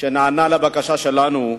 שנענה לבקשה שלנו.